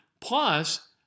Plus